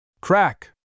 Crack